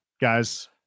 guys